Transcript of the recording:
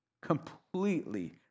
Completely